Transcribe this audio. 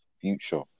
future